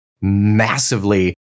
Massively